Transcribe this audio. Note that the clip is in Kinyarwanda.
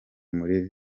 muri